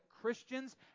Christians